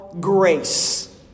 Grace